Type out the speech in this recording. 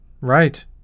right